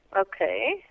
Okay